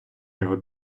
його